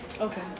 Okay